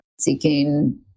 seeking